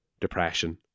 depression